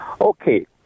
Okay